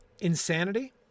Insanity